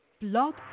blog